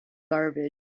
garbage